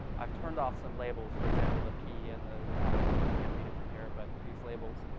i've turned off some labels, for example the p and the i can't read it from here, but these labels.